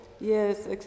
Yes